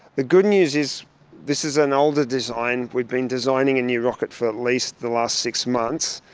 the good news is this is an older design, we've been designing a new rocket for at least the last six months,